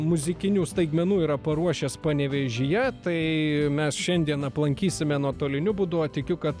muzikinių staigmenų yra paruošęs panevėžyje tai mes šiandien aplankysime nuotoliniu būdu o tikiu kad